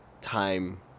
time